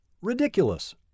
ridiculous